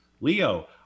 Leo